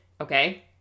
okay